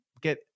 get